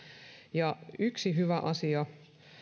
ja yksi hyvä asia